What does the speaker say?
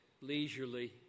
leisurely